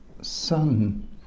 son